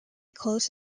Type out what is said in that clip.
close